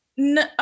No